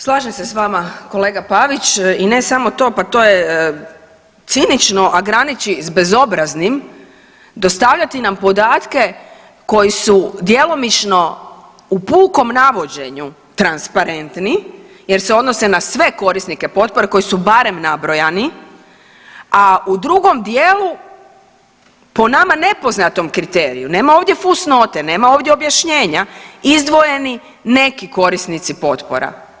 Slažem se s vama kolega Pavić i ne samo to pa to je cinično, a graniči s bezobzirnim dostavljati nam podatke koji su djelomično u pukom navođenju transparentni jer se odnose na sve korisnike potpore koji su barem nabrojani, a u drugom dijelu po nama nepoznatom kriteriju, nema ovdje fus note, nema ovdje objašnjenja, izdvojeni neki korisnici potpora.